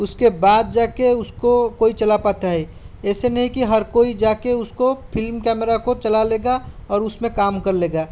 उसके बाद जाके उसको कोई चला पाता है ऐसे नहीं कि हर कोई जाके उसको फिल्म कैमरा को चला लेगा और उसमें काम कर लेगा